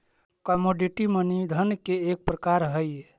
commodity money धन के एक प्रकार हई